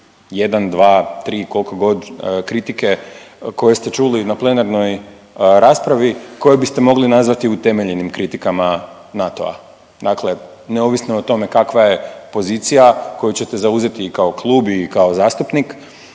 jedan, dva, tri koliko god kritike koje ste čuli na plenarnoj raspravi koje biste mogli nazvati utemeljenim kritikama NATO-a. Dakle, neovisno o tome kakva je pozicija koju ćete zauzeti i kao klub i kao zastupnik,